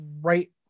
right